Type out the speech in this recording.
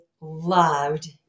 loved